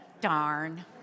Darn